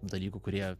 dalykų kurie